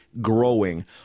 growing